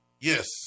yes